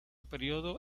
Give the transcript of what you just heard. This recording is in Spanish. período